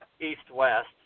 east-west